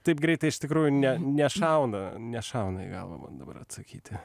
taip greitai iš tikrųjų ne nešauna nešauna į galvą man dabar atsakyti